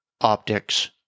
optics